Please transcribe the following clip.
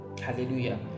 Hallelujah